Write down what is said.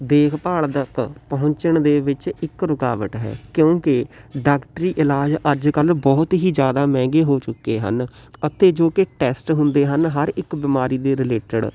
ਦੇਖਭਾਲ ਤੱਕ ਪਹੁੰਚਣ ਦੇ ਵਿੱਚ ਇੱਕ ਰੁਕਾਵਟ ਹੈ ਕਿਉਂਕਿ ਡਾਕਟਰੀ ਇਲਾਜ ਅੱਜ ਕੱਲ੍ਹ ਬਹੁਤ ਹੀ ਜ਼ਿਆਦਾ ਮਹਿੰਗੇ ਹੋ ਚੁੱਕੇ ਹਨ ਅਤੇ ਜੋ ਕਿ ਟੈਸਟ ਹੁੰਦੇ ਹਨ ਹਰ ਇੱਕ ਬਿਮਾਰੀ ਦੇ ਰਿਲੇਟਿਡ